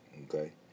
Okay